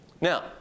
Now